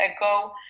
ago